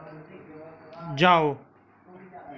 जाओ